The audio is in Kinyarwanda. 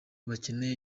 bakeneye